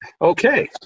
Okay